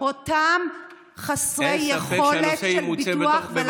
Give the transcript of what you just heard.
אותם חסרי יכולת של ביטוח,